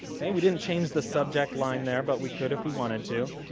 and we didn't change the subject line there, but we could if we wanted to.